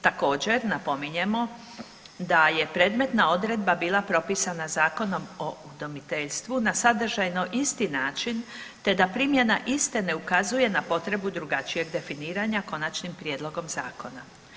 Također, napominjemo da je predmetna odredba bila propisana Zakonom o udomiteljstvu na sadržajno isti način te da primjena iste ne ukazuje na potrebu drugačijeg definiranja Konačnim prijedlogom zakona.